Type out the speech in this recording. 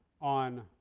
on